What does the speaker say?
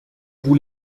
vous